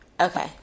Okay